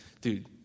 dude